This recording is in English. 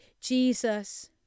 Jesus